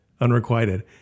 Unrequited